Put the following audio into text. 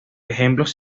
ejemplos